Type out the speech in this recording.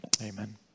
Amen